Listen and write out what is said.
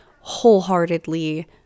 wholeheartedly